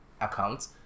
account